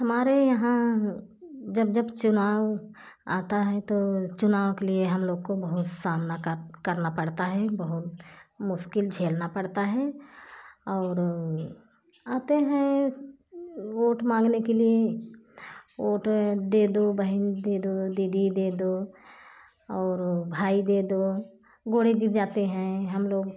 हमारे यहाँ जब जब चुनाव आता है तो चुनाव के लिए हम लोग को बहुत सामना करना पड़ता है बहुत मुश्किल झेलना पड़ता है और आते हैं वोट मांगने के लिए वोट दे दो बहन दे दो दीदी दे दो और भाई दे दो भी जाते हैं हम लोग